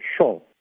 sure